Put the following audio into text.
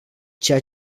ceea